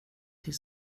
till